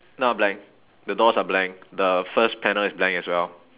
no blank the doors are blank the first panel is blank as well